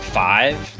five